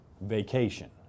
vacation